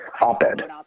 op-ed